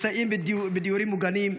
מסייעים בדיורים מוגנים,